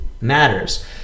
matters